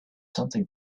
something